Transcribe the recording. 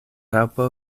raŭpo